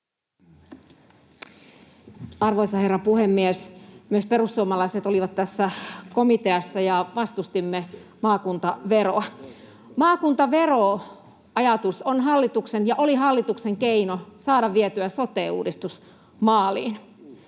Arvoisa herra puhemies! Myös perussuomalaiset olivat tässä komiteassa, ja vastustimme maakuntaveroa. Maakuntaveroajatus oli hallituksen keino saada vietyä sote-uudistus maaliin.